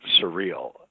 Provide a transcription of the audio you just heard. surreal